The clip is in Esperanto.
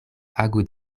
agu